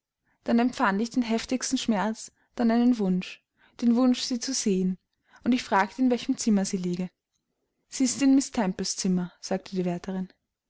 dann empfand ich den heftigsten schmerz dann einen wunsch den wunsch sie zu sehen und ich fragte in welchem zimmer sie läge sie ist in miß temples zimmer sagte die